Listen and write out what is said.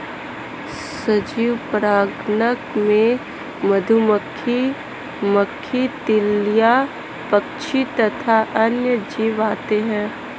सजीव परागणक में मधुमक्खी, मक्खी, तितलियां, पक्षी तथा अन्य जीव आते हैं